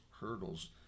hurdles